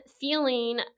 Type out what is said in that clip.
feeling